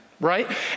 right